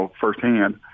firsthand